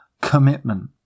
commitment